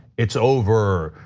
it's over.